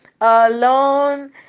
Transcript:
alone